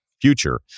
future